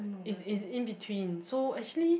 it's it's in between so actually